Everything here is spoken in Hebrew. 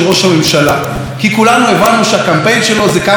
כי כולנו הבנו שהקמפיין שלו זה כמה המדינה נהדרת,